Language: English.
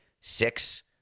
Six